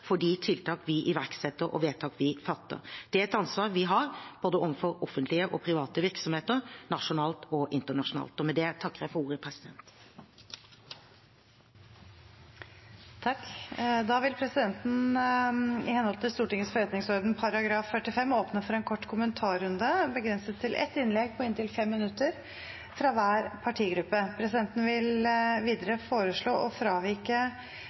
for de tiltak vi iverksetter, og de vedtak vi fatter. Det er et ansvar vi har overfor både offentlige og private virksomheter nasjonalt og internasjonalt. Med det takker jeg for ordet. Presidenten vil i henhold til Stortingets forretningsordens § 45 åpne for en kort kommentarrunde begrenset til ett innlegg på inntil 5 minutter fra hver partigruppe. Presidenten vil videre foreslå å fravike